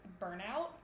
burnout